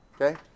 Okay